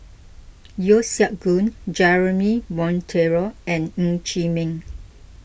Yeo Siak Goon Jeremy Monteiro and Ng Chee Meng